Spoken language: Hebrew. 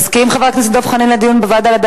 חבר הכנסת דב חנין, מסכים לדיון בוועדה?